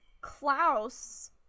Klaus